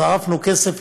שרפנו כסף,